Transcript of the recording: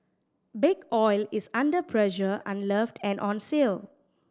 Big Oil is under pressure unloved and on sale